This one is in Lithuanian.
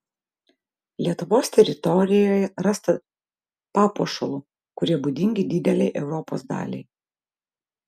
lietuvos teritorijoje rasta papuošalų kurie būdingi didelei europos daliai